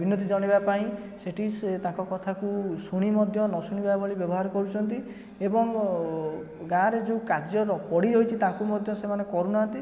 ବିନତି ଜଣେଇବା ପାଇଁ ସେଠି ସିଏ ତାଙ୍କ କଥାକୁ ଶୁଣି ମଧ୍ୟ ନ ଶୁଣିବା ଭଳି ବ୍ୟବହାର କରୁଛନ୍ତି ଏବଂ ଗାଁ ରେ ଯେଉଁ କାର୍ଯ୍ୟର ପଡ଼ିରହିଛି ତାକୁ ମଧ୍ୟ ସେମାନେ କରୁନାହାନ୍ତି